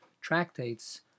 tractates